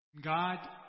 God